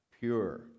pure